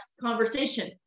conversation